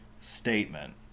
statement